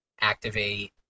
activate